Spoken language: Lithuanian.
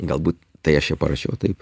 galbūt tai aš jau parašiau taip